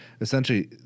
essentially